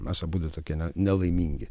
mes abudu tokie ne nelaimingi